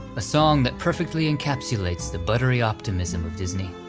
a song that perfectly encapsulates the buttery optimism of disney,